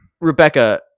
Rebecca